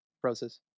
process